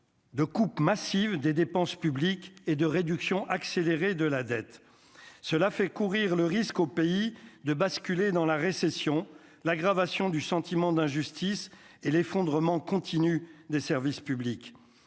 De coupe massive des dépenses publiques et de réduction accélérée de la dette, cela fait courir le risque au pays de basculer dans la récession, l'aggravation du sentiment d'injustice et l'effondrement continu des services publics,